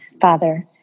Father